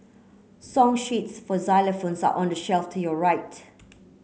song sheets for xylophones are on the shelf to your right